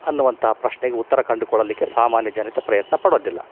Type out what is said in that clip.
ಅನ್ನುವಂಥ ಪ್ರಶ್ನೆಗೆ ಉತ್ತರ ಕಂಡುಕೊಳ್ಳಲಿಕ್ಕೆ ಸಾಮಾನ್ಯ ಜನತೆ ಪ್ರಯತ್ನ ಪಡೋದಿಲ್ಲ